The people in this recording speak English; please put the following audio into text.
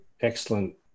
excellent